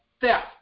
theft